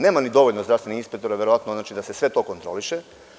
Nema ni dovoljno zdravstvenih inspektora, verovatno, da se sve to kontroliše.